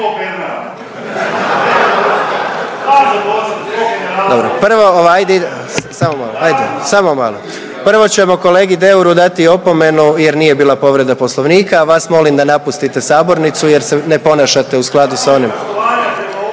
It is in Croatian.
Prvo ćemo kolegi Deuru dati opomenu jer nije bila povreda Poslovnika, a vas molim da napustite sabornicu jer se ne ponašate s onim.